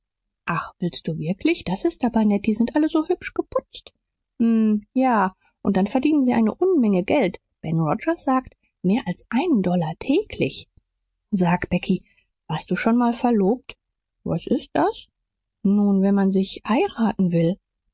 ach willst du wirklich das ist aber nett die sind alle so hübsch geputzt m ja und dann verdienen sie eine unmenge geld ben rogers sagt mehr als einen dollar täglich sag becky warst du schon mal verlobt was ist das nun wenn man sich heiraten will